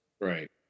Right